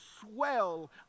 swell